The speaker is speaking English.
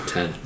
Ten